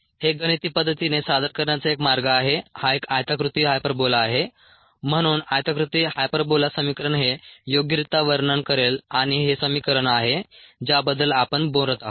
हे गणिती पद्धतीने सादर करण्याचा एक मार्ग आहे हा एक आयताकृती हायपरबोला आहे म्हणून आयताकृती हायपरबोला समीकरण हे योग्यरित्या वर्णन करेल आणि हे समीकरण आहे ज्याबद्दल आपण बोलत आहोत